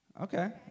Okay